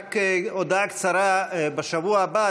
רק הודעה קצרה: בשבוע הבא,